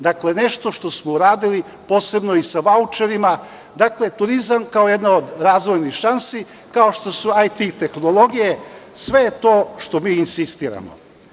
Dakle, nešto što smo uradili posebno i sa vaučerima, dakle, turizam kao jedna od razvojnih šansi, kao što su IT i tehnologije, sve je to što mi insistiramo.